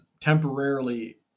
temporarily